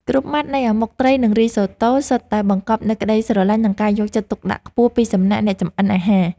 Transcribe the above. គ្រប់ម៉ាត់នៃអាម៉ុកត្រីនិងរីសូតូសុទ្ធតែបង្កប់នូវក្តីស្រឡាញ់និងការយកចិត្តទុកដាក់ខ្ពស់ពីសំណាក់អ្នកចម្អិនអាហារ។